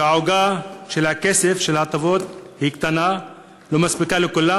שהעוגה של הכסף להטבות היא קטנה ולא מספיקה לכולם